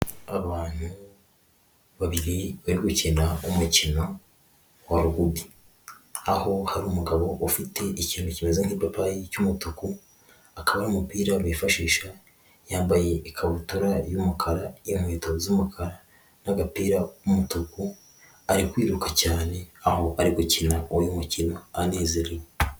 Abantu babiri bari gukina umukino wa Rugby, aho hari umugabo ufite ikintu kimeze nk'ipapayi cy'umutuku akaba ari umupira bifashisha, yambaye ikabutura y'umukara inkweto z'umukara n'agapira k'umutuku, ari kwiruka cyane aho ari gukina uyu mukino anezerewe.